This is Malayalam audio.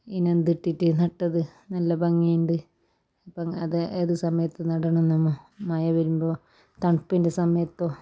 ഇതിന് എന്തിട്ടിറ്റ് നട്ടത് നല്ല ഭംഗിയുണ്ട് അപ്പം അത് ഏത് സമയത്ത് നടണം നമ്മൾ മഴ വരുമ്പോളോ തണുപ്പിൻ്റെ സമയത്തോ